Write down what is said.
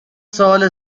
سوال